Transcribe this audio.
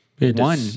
one